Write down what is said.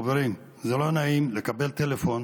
חברים, זה לא נעים לקבל טלפון